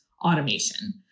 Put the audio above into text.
automation